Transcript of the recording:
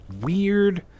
weird